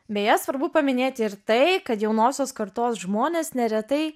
beje svarbu paminėti ir tai kad jaunosios kartos žmonės neretai